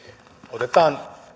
otetaan